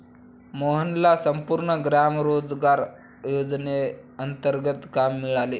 मोहनला संपूर्ण ग्राम रोजगार योजनेंतर्गत काम मिळाले